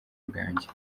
bwanjye